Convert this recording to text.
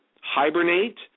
Hibernate